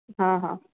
हा हा